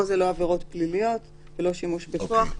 פה לא מדובר בעברות פליליות ולא בשימוש בכוח,